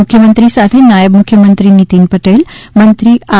મુખ્યમંત્રી સાથે નાયબ મુખ્યમંત્રી નીતીન પટેલ મંત્રી આર